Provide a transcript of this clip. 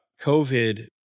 COVID